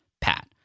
Pat